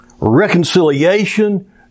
reconciliation